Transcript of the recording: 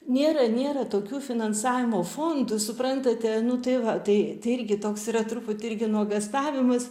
nėra nėra tokių finansavimo fondų suprantate nu tai va tai irgi toks yra turbūt irgi nuogąstavimas